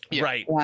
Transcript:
Right